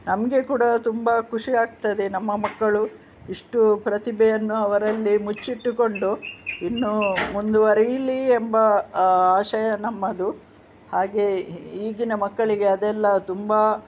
ನಮಗೆ ಕೂಡ ತುಂಬ ಖುಷಿ ಆಗ್ತದೆ ನಮ್ಮ ಮಕ್ಕಳು ಇಷ್ಟು ಪ್ರತಿಭೆಯನ್ನು ಅವರಲ್ಲಿ ಮುಚ್ಚಿಟ್ಟುಕೊಂಡು ಇನ್ನೂ ಮುಂದುವರೀಲಿ ಎಂಬ ಆಶಯ ನಮ್ಮದು ಹಾಗೇ ಈಗಿನ ಮಕ್ಕಳಿಗೆ ಅದೆಲ್ಲ ತುಂಬ